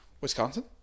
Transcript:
Wisconsin